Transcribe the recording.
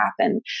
happen